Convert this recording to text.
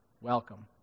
welcome